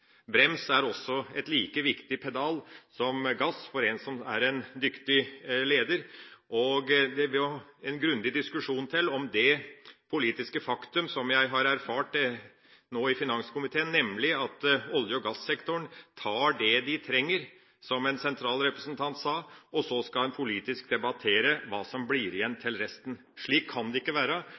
Brems er en like viktig pedal som gass for en som er en dyktig leder. Det må en grundig diskusjon til om det politiske faktum som jeg har erfart nå i finanskomiteen, nemlig at olje- og gassektoren tar det de trenger, som en sentral representant sa, og så skal en politisk debattere hva som blir igjen til resten. Slik kan det ikke være,